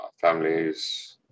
families